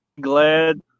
glad